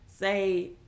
Say